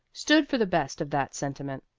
stood for the best of that sentiment.